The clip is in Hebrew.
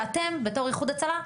שאתם בתור איחוד הצלה,